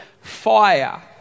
fire